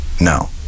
No